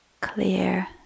clear